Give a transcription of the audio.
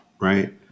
right